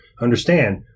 understand